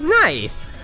Nice